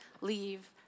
leave